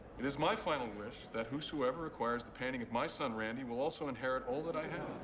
it is my final wish that whoever acquires the painting of my son randy will also inherit all that i have.